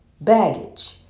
baggage